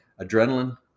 Adrenaline